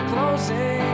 Closing